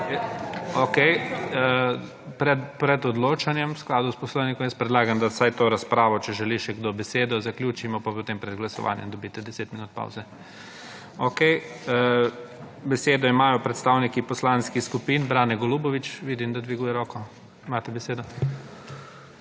Pred odločanjem v skladu s Poslovnikom jaz predlagam, da vsaj to razpravo, če želi še kdo besedo zaključimo pa, potem pred glasovanjem dobite 10 minut pavze. Besedo ima predstavniki poslanskih skupin. Brane Golubović, vidim, da dviguje roko. Imate besedo.